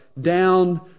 down